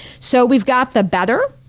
so we've got the better,